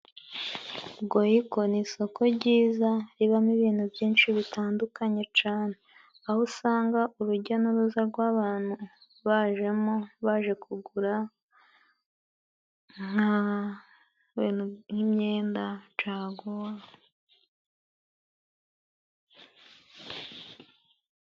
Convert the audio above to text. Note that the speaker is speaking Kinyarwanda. Goyiko ni isoko jyiza ribamo ibintu byinshi bitandukanye cane. Aho usanga uruja n'uruza gw'abantu bajemo baje kugura nk 'imyenda, caguwa.